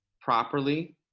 properly